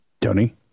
tony